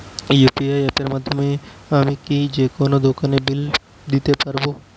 UPI অ্যাপের মাধ্যমে আমি কি যেকোনো দোকানের বিল দিতে পারবো?